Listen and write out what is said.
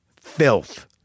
filth